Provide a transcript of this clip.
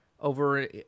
over